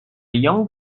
young